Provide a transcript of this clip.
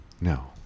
No